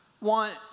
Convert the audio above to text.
want